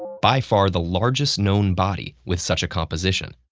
by far the largest known body with such a composition.